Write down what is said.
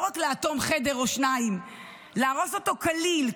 לא רק לאטום חדר או שניים אלא להרוס אותו כליל,